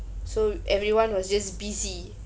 so everyone was just busy